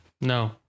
No